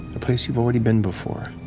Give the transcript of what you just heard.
a place you've already been before.